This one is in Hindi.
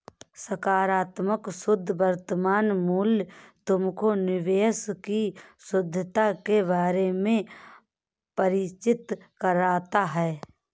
सकारात्मक शुद्ध वर्तमान मूल्य तुमको निवेश की शुद्धता के बारे में परिचित कराता है